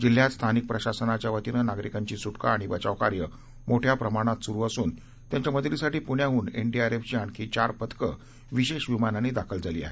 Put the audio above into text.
जिल्ह्यात स्थानिक प्रशासनाच्या वतीनं नागरिकांची सुटका आणि बचावकार्य मोठ्या प्रमाणात सुरु असून त्यांच्या मदतीसाठी पुण्याहून एनडीआरएफची आणखी चार पथकं विषेश विमानानी दाखल झाली आहेत